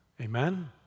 Amen